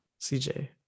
CJ